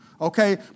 Okay